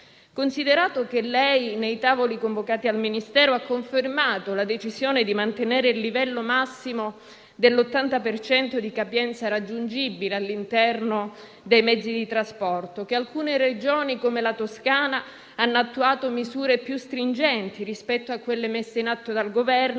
Considerato che lei, nei tavoli convocati al Ministero, ha confermato la decisione di mantenere il livello massimo dell'80 per cento di capienza raggiungibile all'interno dei mezzi di trasporto, che alcune Regioni come la Toscana hanno attuato misure più stringenti rispetto a quelle messe in atto dal Governo,